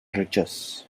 riches